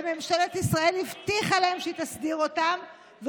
ממשלת ישראל הבטיחה להם שהיא תסדיר אותם,